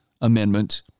amendment